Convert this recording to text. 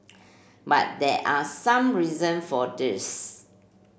but there are some reason for this